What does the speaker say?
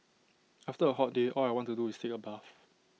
after A hot day all I want to do is take A bath